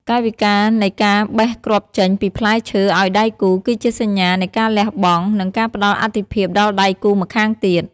កាយវិការនៃការបេះគ្រាប់ចេញពីផ្លែឈើឱ្យដៃគូ គឺជាសញ្ញានៃការលះបង់ និងការផ្ដល់អាទិភាពដល់ដៃគូម្ខាងទៀត។